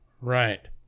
Right